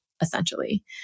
essentially